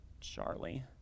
Charlie